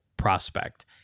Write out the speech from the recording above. prospect